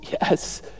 yes